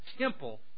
temple